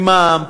ממע"מ,